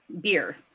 beer